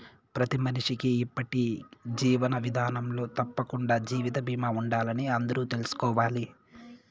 ప్రతి మనిషికీ ఇప్పటి జీవన విదానంలో తప్పకండా జీవిత బీమా ఉండాలని అందరూ తెల్సుకోవాలి